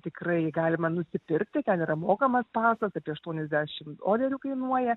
tikrai galima nusipirkti ten yra mokamas pasas apie aštuoniasdešim dolerių kainuoja